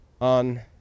on